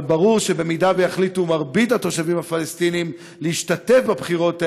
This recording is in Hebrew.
אבל ברור שאם יחליטו רוב התושבים הפלסטינים להשתתף בבחירות האלה,